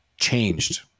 changed